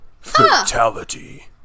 fatality